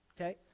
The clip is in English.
Okay